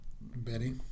Betty